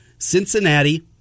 Cincinnati